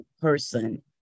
person